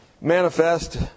manifest